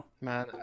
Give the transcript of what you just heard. Man